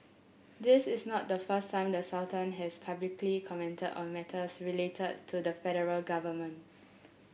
this is not the first time the Sultan has publicly commented on matters relate to the federal government